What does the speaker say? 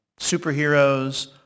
superheroes